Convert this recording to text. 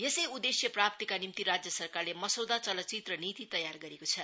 यसै उद्देश्य प्राप्तिका निम्ति राज्य सरकारले मसौदा चलचित्र नीति तयार गरेको छ